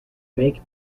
make